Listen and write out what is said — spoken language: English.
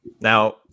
Now